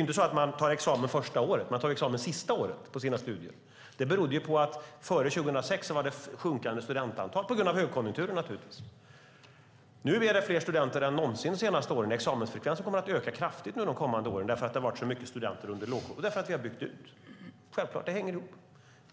inte så att man tar examen första året. Man tar examen sista året på sina studier. Före 2006 var det ett sjunkande studentantal - naturligtvis på grund av högkonjunkturen. De senaste åren har det varit fler studenter än någonsin. Examensfrekvensen kommer att öka kraftigt under de kommande åren därför att det har varit så många studenter under lågkonjunkturen och därför att vi har byggt ut. Självklart hänger det ihop.